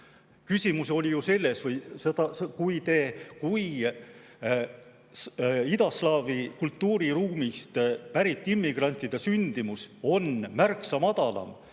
Küsimus oli ju selles, et kui idaslaavi kultuuriruumist pärit immigrantide sündimus on märksa madalam,